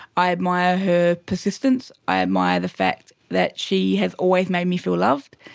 i admire her persistence, i admire the fact that she has always made me feel loved,